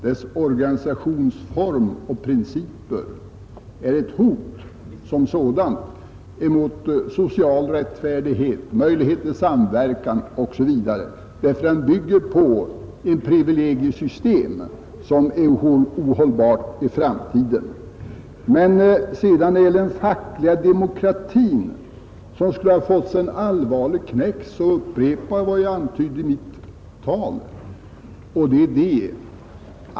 Dess organisationsform och principer är ett hot mot social rättfärdighet, möjlighet till samverkan osv. därför att den bygger på ett privilegiesystem som är ohållbart i framtiden. När det gäller påståendet att den fackliga demokratin skulle komma att få en allvarlig knäck upprepar jag vad jag antydde i mitt anförande.